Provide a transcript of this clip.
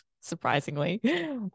surprisingly